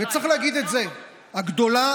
ונוסף